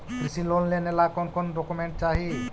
कृषि लोन लेने ला कोन कोन डोकोमेंट चाही?